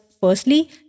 firstly